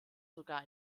sogar